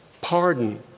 pardon